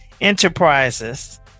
Enterprises